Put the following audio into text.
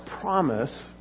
promise